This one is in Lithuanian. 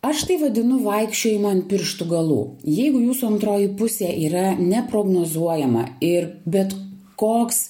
aš tai vadinu vaikščiojimu ant pirštų galų jeigu jūsų antroji pusė yra neprognozuojama ir bet koks